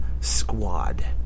Squad